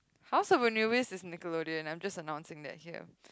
House-of-Anubis is Nickelodeon I'm just announcing it here